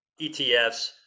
ETFs